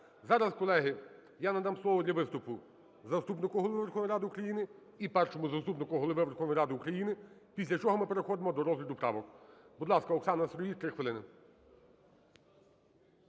Зараз, колеги, я надам слово для виступу заступнику Голови Верховної Ради України і Першому заступнику Голови Верховної Ради України, після чого ми переходимо до розгляду правок. Будь ласка, Оксана Сироїд, 3 хвилини.